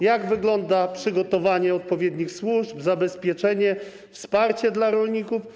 Jak wygląda przygotowanie odpowiednich służb, zabezpieczenie, wsparcie dla rolników?